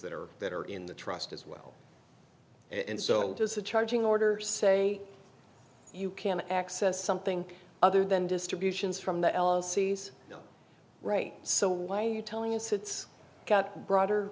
that are that are in the trust as well and so does the charging order say you can access something other than distributions from the elysees right so why you telling us it's got broader